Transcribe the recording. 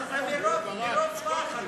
זה מרוב פחד.